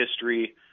history